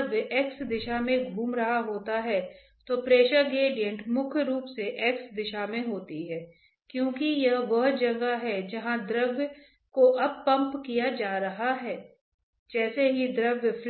rho vv तो वहाँ rho होगा अगर मैं इसे खोलता हूँ तो do u by do u x plus v into do u